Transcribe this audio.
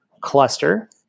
cluster